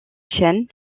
chaines